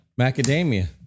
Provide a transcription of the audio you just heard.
macadamia